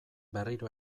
berriro